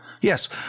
Yes